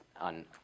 on